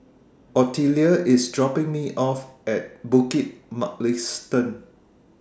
Ottilia IS dropping Me off At Bukit Mugliston